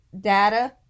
data